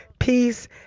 peace